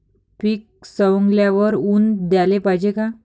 पीक सवंगल्यावर ऊन द्याले पायजे का?